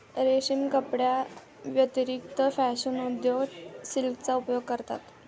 रेशीम कपड्यांव्यतिरिक्त फॅशन उद्योगात सिल्कचा उपयोग करतात